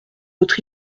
votre